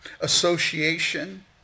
association